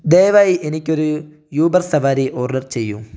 ദയവായി എനിക്ക് ഒരു ഊബർ സവാരി ഓർഡർ ചെയ്യൂ